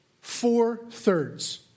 four-thirds